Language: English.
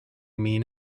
mean